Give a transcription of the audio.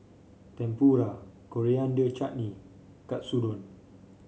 Tempura Coriander Chutney Katsudon